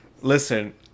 Listen